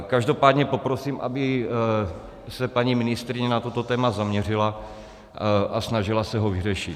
Každopádně poprosím, aby se paní ministryně na toto téma zaměřila a snažila se ho vyřešit.